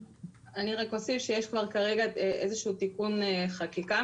אני רק אוסיף שיש כבר כרגע איזשהו תיקון חקיקה.